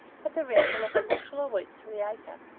at the rental of a bushel of wheat to the acre.